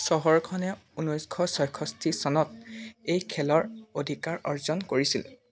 চহৰখনে ঊনৈছশ ছয়ষষ্টি চনত এই খেলৰ অধিকাৰ অৰ্জন কৰিছিল